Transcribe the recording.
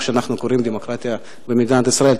שאנחנו קוראים דמוקרטיה במדינת ישראל.